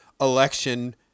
election